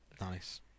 Nice